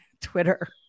Twitter